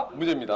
with lim you know